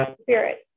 spirit